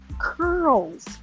curls